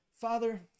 Father